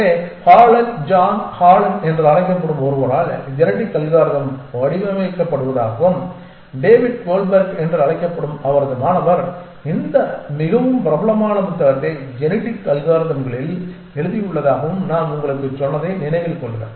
எனவே Holland John Holland என்று அழைக்கப்படும் ஒருவரால் ஜெனடிக் அல்காரிதம் வடிவமைக்கப்படுவதாகவும் டேவிட் கோல்ட்பர்க் என்று அழைக்கப்படும் அவரது மாணவர் இந்த மிகவும் பிரபலமான புத்தகத்தை ஜெனடிக் அல்காரிதம்களில் எழுதியுள்ளதாகவும் நான் உங்களுக்குச் சொன்னதை நினைவில் கொள்க